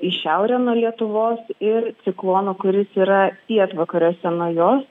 į šiaurę nuo lietuvos ir ciklono kuris yra pietvakariuose nuo jos